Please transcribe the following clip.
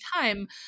time